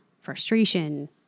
frustration